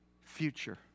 future